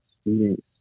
students